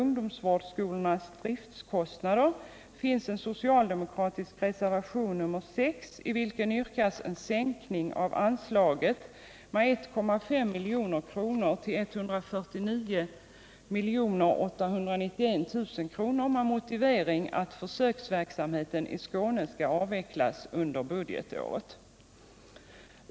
Ungdomsvårdsskolorna: Driftskostnader, finns en socialdemokratisk reservation, nr 6, i vilken yrkas en sänkning av anslaget med 1,5 milj.kr. till 149 891 000 kr. med motivering att försöksverksamheten i Skåne skall avvecklas under budgetåret.